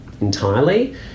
entirely